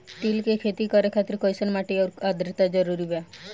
तिल के खेती करे खातिर कइसन माटी आउर आद्रता जरूरी बा?